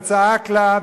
וצעק עליה,